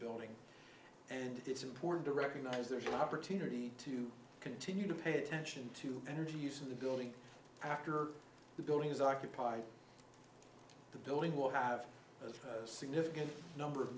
building and it's important to recognize there's an opportunity to continue to pay attention to energy use of the building after the building is occupied the building will have a significant number of